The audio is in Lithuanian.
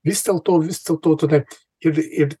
vis dėlto vis dėlto tenai ir ir